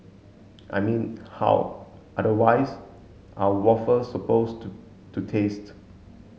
I mean how otherwise are waffles supposed to taste